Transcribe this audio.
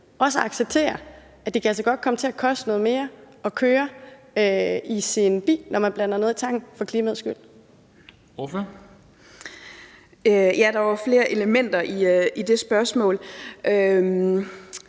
også at acceptere, at det altså godt kan komme til at koste noget mere at køre i sin bil, når man blander noget i tanken for klimaets skyld? Kl. 10:54 Formanden (Henrik